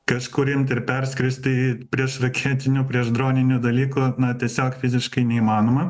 kažkur imt ir perskrist tai priešraketinių priešdroninių dalykų na tiesiog fiziškai neįmanoma